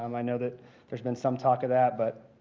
um i know that there's been some talk of that, but